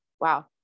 Wow